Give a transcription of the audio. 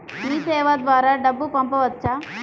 మీసేవ ద్వారా డబ్బు పంపవచ్చా?